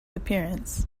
appearance